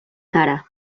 cara